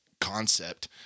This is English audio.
concept